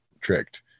tricked